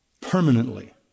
permanently